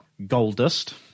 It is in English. Goldust